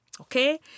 Okay